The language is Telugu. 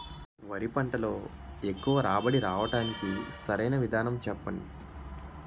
వరి పంటలో ఎక్కువ రాబడి రావటానికి సరైన విధానం చెప్పండి?